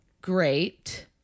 great